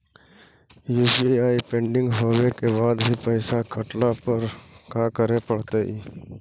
UPI pending होवे के बाद भी पैसा कटला पर का करे पड़तई?